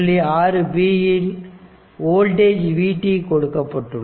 6 இல் voltage v கொடுக்கப்பட்டுள்ளது